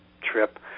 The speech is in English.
trip